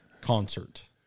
concert